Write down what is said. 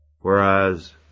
Whereas